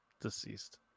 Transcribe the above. deceased